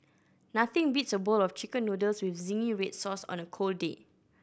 nothing beats a bowl of Chicken Noodles with zingy red sauce on a cold day